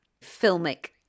filmic